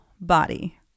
body